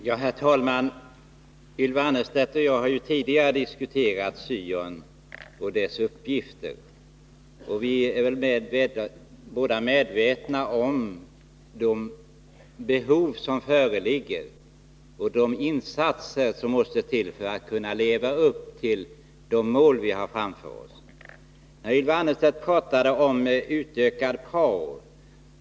Herr talman! Ylva Annerstedt och jag har tidigare diskuterat syon och dess uppgifter. Vi är väl båda medvetna om de behov som föreligger och de insatser som måste till för att kunna leva upp till de mål vi har framför OSS. Ylva Annerstedt pratade om utökad prao.